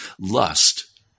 Lust